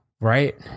right